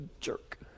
jerk